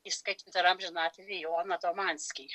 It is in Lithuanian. įskaitant ir amžiną atilsį joną domanskį